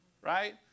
right